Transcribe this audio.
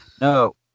No